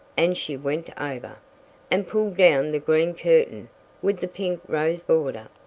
and she went over and pulled down the green curtain with the pink rose border.